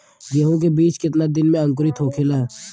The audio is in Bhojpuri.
गेहूँ के बिज कितना दिन में अंकुरित होखेला?